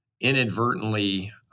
inadvertently